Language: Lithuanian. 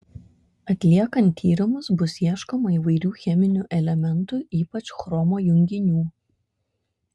atliekant tyrimus bus ieškoma įvairių cheminių elementų ypač chromo junginių